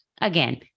Again